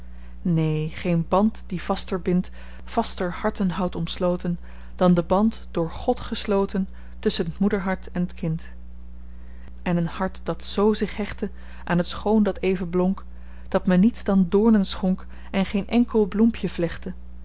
neen geen band die vaster bindt vaster harten houdt omsloten dan de band door god gesloten tusschen t moederhart en t kind en een hart dat z zich hechtte aan het schoon dat even blonk dat me niets dan doornen schonk en geen enkel bloempje vlechtte